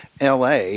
LA